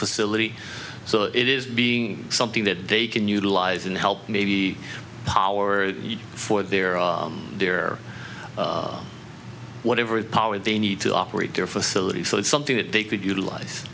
facility so it is being something that they can utilize in help maybe power for their all their whatever power they need to operate their facility so it's something that they could utilize